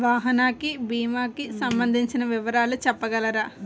వాహనానికి భీమా కి సంబందించిన వివరాలు చెప్పగలరా?